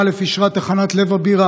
אישור הנפת שלטי